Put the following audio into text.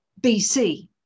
BC